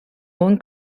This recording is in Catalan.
món